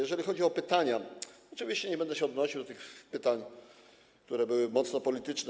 Jeżeli chodzi o pytania, oczywiście nie będę się odnosił do tych pytań, które były mocno polityczne.